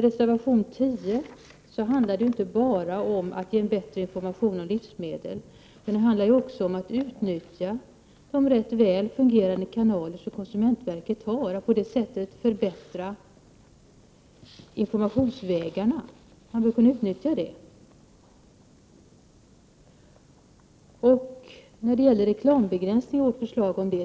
Reservation 10 handlar inte bara om att ge bättre information om livsmedel, utan den handlar också om att utnyttja de rätt väl fungerande kanaler som konsumentverket har och på det sättet förbättra informationsvägarna. När det gäller vårt förslag om reklambegränsning